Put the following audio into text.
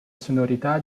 sonorità